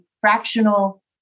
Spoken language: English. fractional